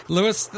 Lewis